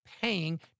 paying